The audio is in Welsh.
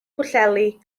pwllheli